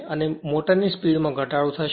અને મોટરની સ્પીડ માં ઘટાડો થશે